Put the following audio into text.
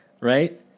right